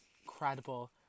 Incredible